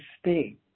state